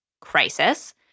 crisis